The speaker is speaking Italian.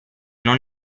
non